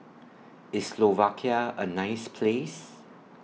IS Slovakia A nice Place